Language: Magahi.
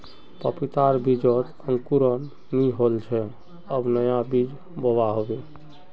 पपीतार बीजत अंकुरण नइ होल छे अब नया बीज बोवा होबे